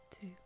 two